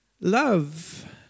Love